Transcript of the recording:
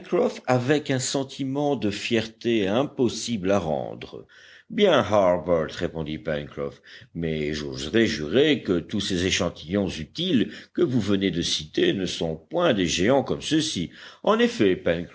avec un sentiment de fierté impossible à rendre bien harbert répondit pencroff mais j'oserais jurer que tous ces échantillons utiles que vous venez de citer ne sont point des géants comme ceux-ci en effet